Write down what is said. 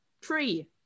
Tree